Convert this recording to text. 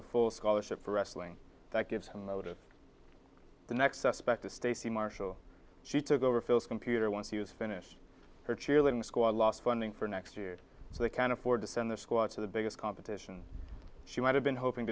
a full scholarship for wrestling that gives him though to the next aspect of stacy marshall she took over phil's computer once he was finished her cheerleading squad lost funding for next year so they can afford to send the squad to the biggest competition she might have been hoping